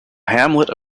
hamlet